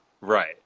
Right